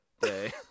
day